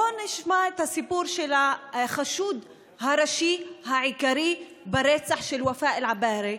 בוא נשמע את הסיפור של החשוד הראשי העיקרי ברצח של ופאא עבאהרה.